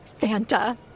fanta